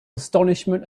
astonishment